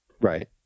Right